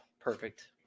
perfect